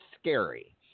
scary